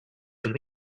küll